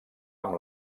amb